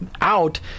out